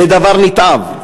לדבר נתעב.